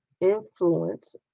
influence